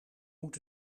moet